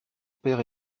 père